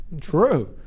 True